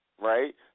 right